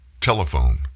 Telephone